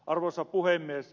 arvoisa puhemies